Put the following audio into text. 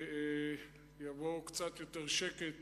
ויבוא קצת יותר שקט